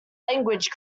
language